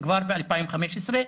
כבר ב-2015.